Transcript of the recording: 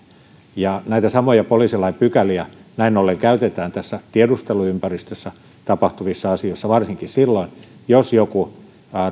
ja näitä samoja poliisilain pykäliä näin ollen käytetään tässä tiedusteluympäristössä tapahtuvissa asioissa varsinkin silloin jos joku